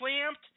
clamped